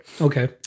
okay